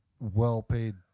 well-paid